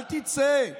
אל תצא.